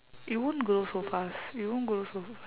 it won't grow so fast it won't grow so